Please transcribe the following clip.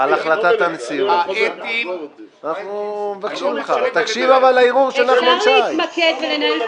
פרשת 3,000. אני חושב שיש שם שבר ערכי ומוסרי